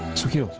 to him